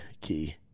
key